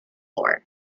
floor